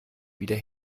wieder